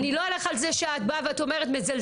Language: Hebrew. נו בוודאי שכן.